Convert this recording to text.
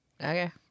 Okay